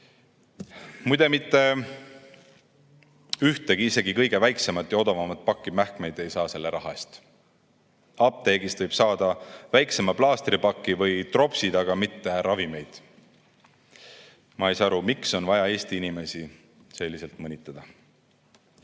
Muide, mitte ühtegi, isegi kõige väiksemat ja odavamat pakki mähkmeid ei saa selle raha eest. Apteegist võib selle eest saada väikese plaastripaki või tropsid, aga mitte ravimeid. Ma ei saa aru, miks on vaja Eesti inimesi sedasi mõnitada.